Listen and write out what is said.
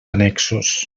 annexos